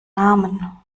namen